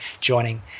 joining